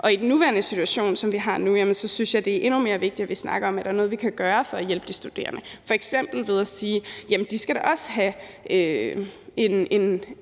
Og i den nuværende situation synes jeg, det er endnu mere vigtigt, at vi snakker om, om der er noget, vi kan gøre for at hjælpe de studerende, f.eks. ved at sige, at de da også skal have